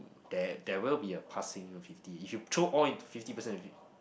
there there will be a passing fifty you threw all into fifty percent is it